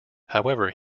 however